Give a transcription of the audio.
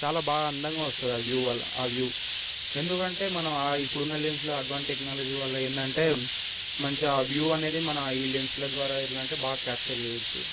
చాలా బాగా అందంగా వస్తుంది ఆ వ్యూ వల్ల ఆ వ్యూ ఎందుకంటే మనం ఇప్పుడున్న లెన్స్ల అడ్వాన్స్ టెక్నాలజీ వల్ల ఏందంటే మంచిగా వ్యూ అనేది మన ఈ లెన్స్ల ద్వారా బాగా క్యాప్చర్ చేయొచ్చు